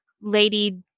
lady